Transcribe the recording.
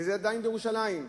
וזה עדיין בירושלים.